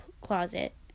closet